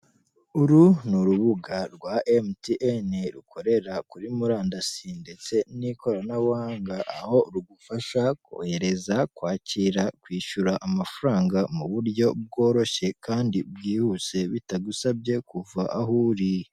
Uru n'urubuga rwa MTN, rukorera kuri murandasi ndetse n'ikoranabuhanga aho rugufasha kohereza kwakira kwishyura amafaranga mu buryo bworoshye kandi bwihuse bitagusabye kuva aho uri.